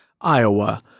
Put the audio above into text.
Iowa